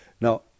now